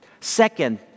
Second